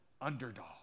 underdog